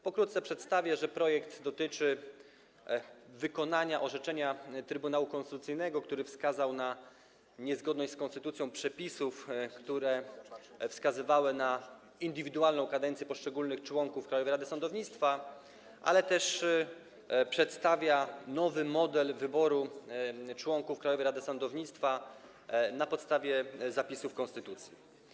Pokrótce przedstawię, że projekt dotyczy wykonania orzeczenia Trybunału Konstytucyjnego, który wskazał na niezgodność z konstytucją przepisów, które wskazywały na indywidualną kadencję poszczególnych członków Krajowej Rady Sądownictwa, ale też przedstawia nowy model wyboru członków Krajowej Rady Sądownictwa na podstawie zapisów konstytucji.